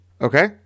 Okay